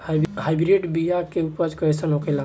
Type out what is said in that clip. Hybrid बीया के उपज कैसन होखे ला?